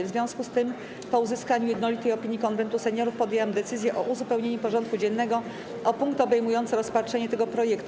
W związku z tym, po uzyskaniu jednolitej opinii Konwentu Seniorów, podjęłam decyzję o uzupełnieniu porządku dziennego o punkt obejmujący rozpatrzenie tego projektu.